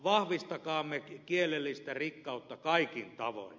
vahvistakaamme kielellistä rikkautta kaikin tavoin